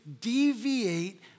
deviate